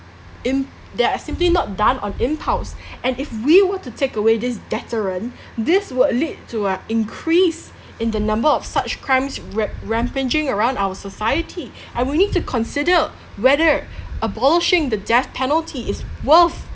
im~ they are simply not done on impulse and if we were to take away this deterrent this would lead to a increase in the number of such crimes ram~ rampaging around our society I will need to consider whether abolishing the death penalty is worth